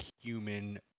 human